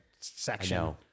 section